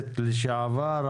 הכנסת לשעבר,